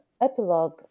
epilogue